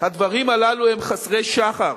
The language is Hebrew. הדברים הללו הם חסרי שחר.